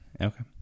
Okay